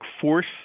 force